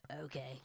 Okay